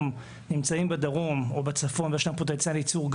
זה בדיוק מה שאנחנו עושים.